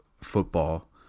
football